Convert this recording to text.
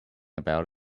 about